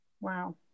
Wow